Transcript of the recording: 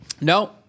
No